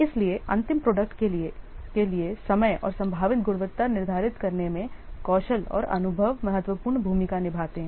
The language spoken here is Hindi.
इसलिए अंतिम प्रोडक्ट के लिए समय और संभावित गुणवत्ता निर्धारित करने में कौशल और अनुभव महत्वपूर्ण भूमिका निभाते हैं